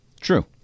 True